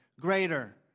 greater